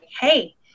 hey